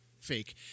fake